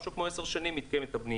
משהו כמו 10 שנים מתקיימת הבנייה,